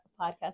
podcast